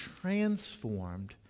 transformed